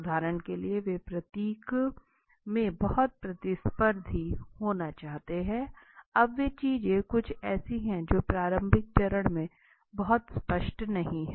उदाहरण के लिए वे प्रकृति में बहुत प्रतिस्पर्धी होना चाहते हैं अब ये चीजें कुछ ऐसी हैं जो प्रारंभिक चरण में बहुत स्पष्ट नहीं है